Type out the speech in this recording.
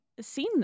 seen